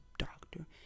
doctor